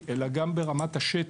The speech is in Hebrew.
אלא גם ברמת השטח,